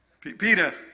Peter